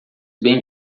bem